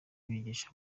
bigisha